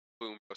Boom